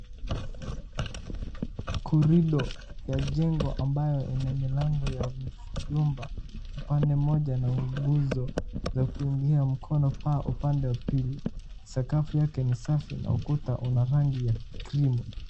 Corridor ya jengo ambayo ina milango ya vyumba upande moja na nguzo za kuingia mkono pa upande wa pili. Sakafu yake ni safi na ukuta una rangi ya cream .